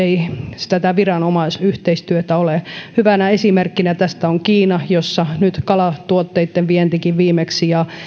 ei tätä viranomaisyhteistyötä ole hyvänä esimerkkinä tästä on kiina jossa nyt kalatuotteitten vientikin viimeksi ja